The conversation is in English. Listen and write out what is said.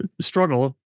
struggle